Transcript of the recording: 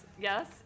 Yes